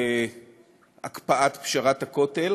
להקפיא את פשרת הכותל,